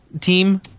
team